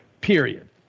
period